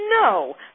No